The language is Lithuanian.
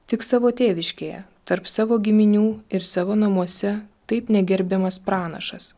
tik savo tėviškėje tarp savo giminių ir savo namuose taip negerbiamas pranašas